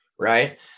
right